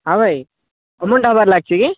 ହଁ ଭାଇ ଅମନ ଢାବାରେ ଲାଗିଛି କି